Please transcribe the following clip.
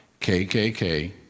KKK